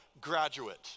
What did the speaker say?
graduate